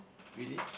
really